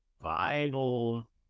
Bible